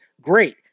great